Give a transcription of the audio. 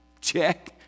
check